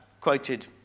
quoted